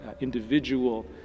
individual